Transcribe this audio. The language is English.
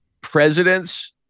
presidents